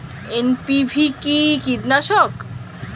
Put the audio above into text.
NPV কি কীটনাশক?